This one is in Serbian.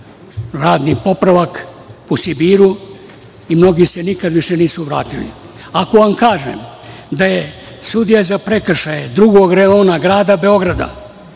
radni popravak u Sibiru i mnogi se više nikad nisu vratili. Ako vam kažem da je sudija za prekršaje drugog reona grada Beograda,